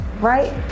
right